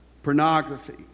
pornography